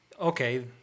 okay